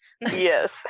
yes